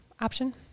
option